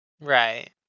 right